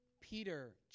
Peter